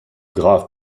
graves